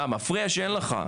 אה, מפריע שאין לך.